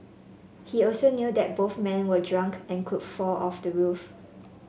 he also knew that both men were drunk and could fall off the roof